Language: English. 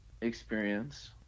experience